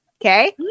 Okay